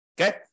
Okay